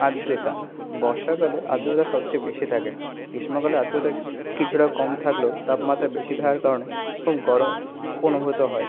আর্দ্রতা বর্ষাকালে আর্দ্রতা সব চেয়ে বেশি থাকে গ্রীষ্মকালে আর্দ্রতা কিছুটা কম থাকলেও তাপমাত্রা বেশি থাকার কারণে খুব গরম অনুভূত হয়